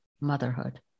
motherhood